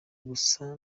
gusa